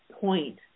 point